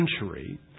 century